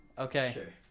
Okay